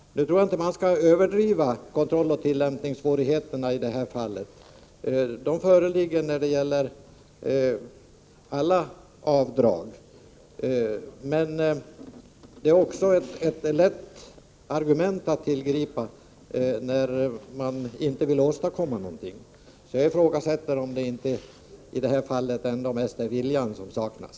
Nu tror jag inte att man skall överdriva kontrolloch tillämpningssvårigheterna i detta fall. De föreligger när det gäller alla avdrag. Men det är lätt att tillgripa ett sådant argument när man inte vill åstadkomma någonting. Jag ifrågasätter således om det inte i detta fall mest är viljan som saknas.